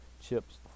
chips